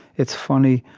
it's funny.